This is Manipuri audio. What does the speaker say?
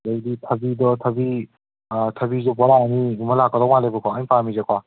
ꯑꯗꯒꯤ ꯊꯕꯤꯗꯣ ꯊꯕꯤ ꯊꯕꯤꯁꯨ ꯕꯣꯔꯥ ꯑꯍꯨꯝꯒꯨꯝꯕ ꯂꯥꯛꯀꯗꯧꯕ ꯃꯥꯜꯂꯦꯕꯀꯣ ꯑꯩꯅ ꯄꯥꯝꯃꯤꯁꯦꯀꯣ